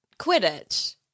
Quidditch